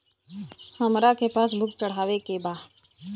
हमरा के pass book चढ़ावे के बा?